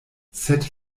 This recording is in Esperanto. sed